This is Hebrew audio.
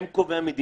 הם קובעי המדיניות,